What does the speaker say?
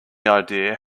idea